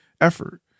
effort